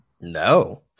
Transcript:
No